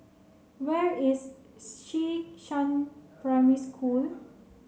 where is Xishan Primary School